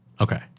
okay